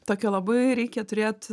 tokią labai reikia turėt